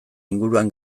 inguruan